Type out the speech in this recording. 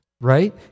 right